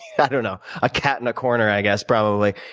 i don't know, a cat in a corner i guess probably,